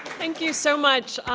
thank you so much.